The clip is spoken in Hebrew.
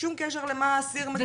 שום קשר למה האסיר מקבל.